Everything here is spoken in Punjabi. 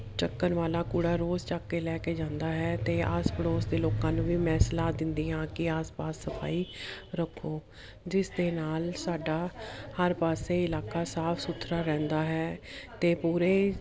ਚੱਕਣ ਵਾਲਾ ਕੂੜਾ ਰੋਜ਼ ਚੱਕ ਕੇ ਲੈ ਕੇ ਜਾਂਦਾ ਹੈ ਅਤੇ ਆਸ ਪੜੋਸ ਦੇ ਲੋਕਾਂ ਨੂੰ ਵੀ ਮੈਂ ਸਲਾਹ ਦਿੰਦੀ ਹਾਂ ਕਿ ਆਸ ਪਾਸ ਸਫਾਈ ਰੱਖੋ ਜਿਸ ਦੇ ਨਾਲ ਸਾਡਾ ਹਰ ਪਾਸੇ ਇਲਾਕਾ ਸਾਫ ਸੁਥਰਾ ਰਹਿੰਦਾ ਹੈ ਅਤੇ ਪੂਰੇ